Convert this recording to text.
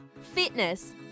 fitness